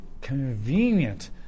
convenient